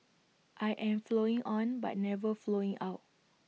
I am flowing on but never flowing out